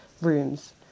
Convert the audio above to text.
rooms